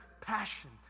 passion